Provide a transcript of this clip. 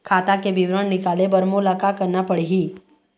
खाता के विवरण निकाले बर मोला का करना पड़ही?